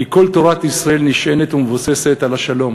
כי כל תורת ישראל נשענת ומבוססת על השלום.